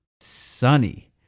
sunny